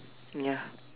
ya